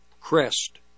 crest